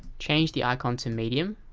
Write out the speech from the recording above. change the icon to medium.